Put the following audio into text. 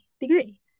degree